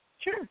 Sure